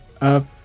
up